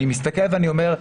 אני מסתכל ואני אומר,